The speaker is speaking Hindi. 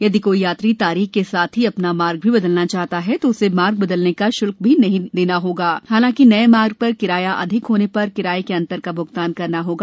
यदि कोई यात्री तारीख के साथ ही अपना मार्ग भी बदलना चाहता है तो उसे मार्ग बदलने का शुल्क भी नहीं देना होगा हालाँकि नये मार्ग पर किराया अधिक होने पर किराये के अंतर का भूगतान करना होगा